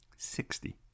Sixty